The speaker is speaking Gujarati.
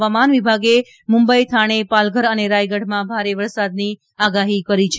હવામાન વિભાગે મુંબઈ થાણે પાલઘર અને રાયગઢમાં ભારે વરસાદની આગાહી કરી છે